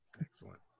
Excellent